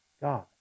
God